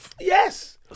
Yes